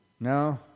No